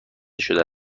شده